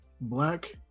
Black